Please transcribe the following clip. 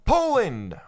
Poland